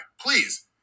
please